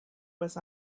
was